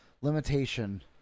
limitation